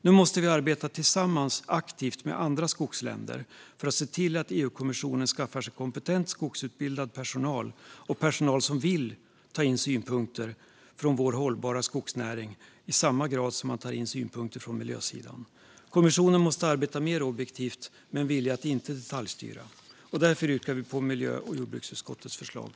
Nu måste vi aktivt arbeta tillsammans med andra skogsländer för att se till att EU-kommissionen skaffar sig kompetent skogsutbildad personal som vill ta in synpunkter från vår hållbara skogsnäring i samma grad som man tar in synpunkter från miljösidan. Kommissionen måste arbeta mer objektivt med en vilja att inte detaljstyra. Därför yrkar vi bifall till förslaget i miljö och jordbruksutskottets betänkande.